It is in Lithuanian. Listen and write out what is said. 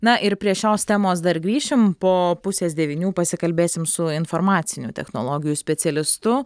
na ir prie šios temos dar grįšime po pusės devynių pasikalbėsime su informacinių technologijų specialistu tu